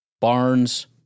Barnes